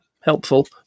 helpful